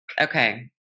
Okay